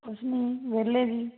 ਅਸੀਂ ਵਿਹਲੇ ਜੀ